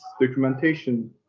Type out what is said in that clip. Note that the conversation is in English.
documentation